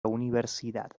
universidad